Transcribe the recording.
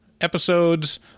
episodes